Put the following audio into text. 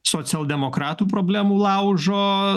socialdemokratų problemų laužo